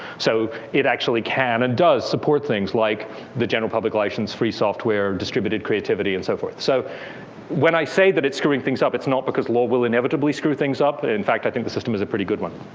so it actually can and does support things like the general public license free software, distributed creativity, and so forth. so when i say that it's screwing things up, it's not because law will inevitably screw things up. in fact, i think the system is a pretty good one.